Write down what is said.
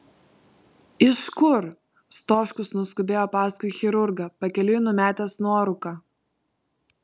iš kur stoškus nuskubėjo paskui chirurgą pakeliui numetęs nuorūką